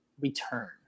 return